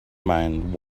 mind